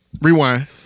Rewind